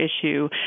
issue